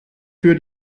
für